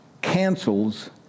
cancels